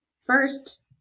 First